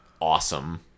Awesome